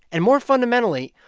and more fundamentally,